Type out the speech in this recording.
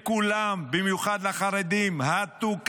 לכולם, במיוחד לחרדים: הטו כתף,